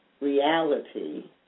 reality